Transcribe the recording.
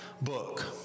book